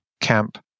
camp